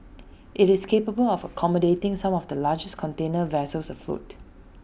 IT is capable of accommodating some of the largest container vessels afloat